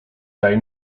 daj